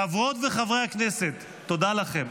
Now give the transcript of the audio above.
חברות וחברי הכנסת, תודה לכם.